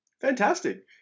Fantastic